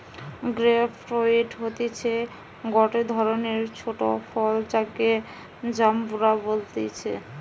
grape fruit হতিছে গটে ধরণের ছোট ফল যাকে জাম্বুরা বলতিছে